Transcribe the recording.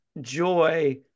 joy